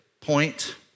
point